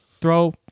throw